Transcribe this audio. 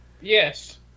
Yes